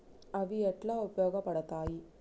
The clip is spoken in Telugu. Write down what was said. అవి ఎట్లా ఉపయోగ పడతాయి?